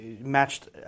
matched